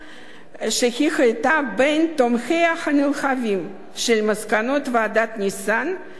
בין תומכיהם הנלהבים של מסקנות ועדת-ניסן לגבי